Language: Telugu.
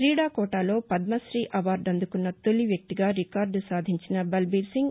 క్రీడా కోటాలో పద్మశీ అవార్డు అందుకున్న తొలి వ్యక్తిగా రికార్డ సాధించిన బల్బీర్ సింగ్